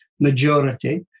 majority